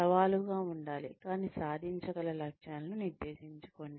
సవాలుగా ఉండాలి కానీ సాధించగల లక్ష్యాలను నిర్దేశించుకోండి